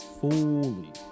Fully